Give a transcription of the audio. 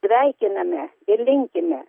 sveikiname ir linkime